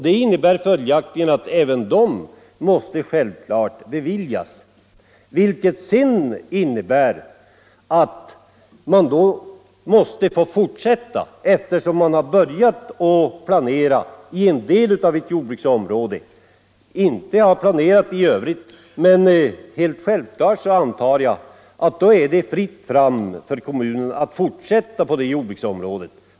Det innebär följaktligen att även här måste byggnadstillstånd beviljas, vilket i sin tur betyder att man måste få fortsätta. Eftersom man har börjat att planera för en del av ett jordbruksområde — men inte för området i dess helhet — antar jag att det självklart är fritt fram för kommunen att fortsätta på detta jordbruksområde.